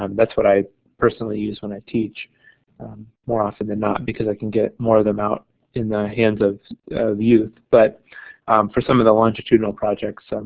um that's what i personally use when i teach more often than not because i can get more of them out in the hands of youth but for some of the longitudinal projects, some